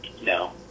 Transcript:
No